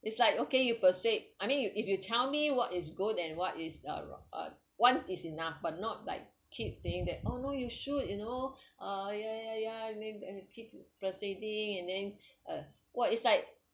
it's like okay you persuade I mean you if you tell me what is good and what is uh wrong uh uh one is enough but not like keep saying that oh no you should you know ah ya ya ya and then and keep persuading and then uh !wah! it's like